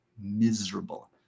miserable